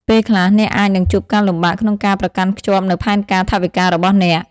ពេលខ្លះអ្នកអាចនឹងជួបការលំបាកក្នុងការប្រកាន់ខ្ជាប់នូវផែនការថវិការបស់អ្នក។